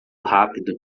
rápido